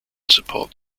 support